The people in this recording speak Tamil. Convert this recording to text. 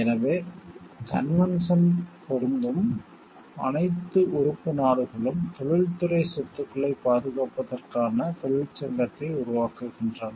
எனவே கன்வென்ஷன் பொருந்தும் அனைத்து உறுப்பு நாடுகளும் தொழில்துறை சொத்துக்களைப் பாதுகாப்பதற்கான தொழிற்சங்கத்தை உருவாக்குகின்றன